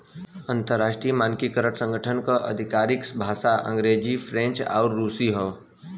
अंतर्राष्ट्रीय मानकीकरण संगठन क आधिकारिक भाषा अंग्रेजी फ्रेंच आउर रुसी हौ